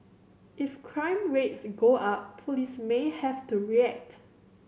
if crime rates go up police may have to react